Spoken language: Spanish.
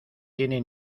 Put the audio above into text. tiene